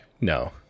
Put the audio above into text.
No